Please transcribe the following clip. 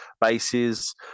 bases